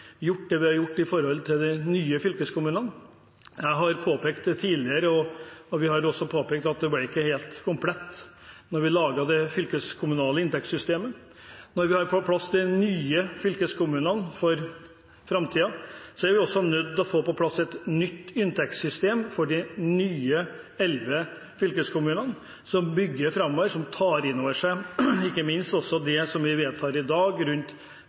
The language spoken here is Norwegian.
har gjort når det gjelder de nye fylkeskommunene. Jeg har tidligere påpekt at det ikke ble helt komplett da vi laget det fylkeskommunale inntektssystemet. Når vi har fått på plass de nye fylkeskommunene for framtiden, er vi også nødt til å få på plass et nytt inntektssystem for de nye elleve fylkeskommunene, som bygger framover og tar inn over seg det vi vedtar i dag om ferge, og det som har vært etterlyst ganske lenge vedrørende fergenøkler. Vi